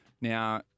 Now